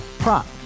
Prop